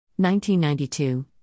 1992